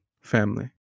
family